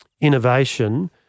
innovation